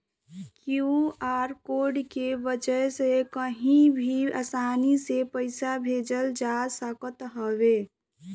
QR code के वजह से कही भी आसानी से पईसा भेजल जा सकत हवे